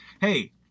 Hey